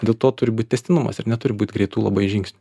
dėl to turi būti tęstinumas ir neturi būt greitų labai žingsnių